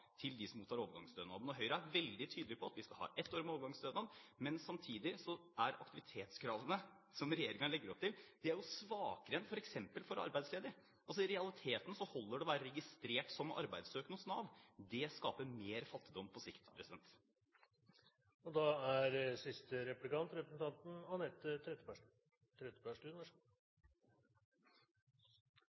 til dem som mottar overgangsstønad. Høyre er veldig tydelig på at vi skal ha ett år med overgangsstønad, men samtidig er aktivitetskravene som regjeringen legger opp til, svakere enn f.eks. for arbeidsledige. I realiteten holder det å være registrert som arbeidssøkende hos Nav. Det skaper mer fattigdom på sikt. Representanten Røe Isaksen sa i sitt innlegg at en regjering som er